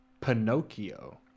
pinocchio